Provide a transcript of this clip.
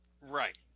Right